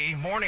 morning